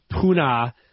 Puna